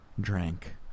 drank